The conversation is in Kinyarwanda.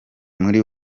muri